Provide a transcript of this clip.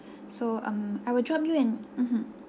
so um I will drop you an mmhmm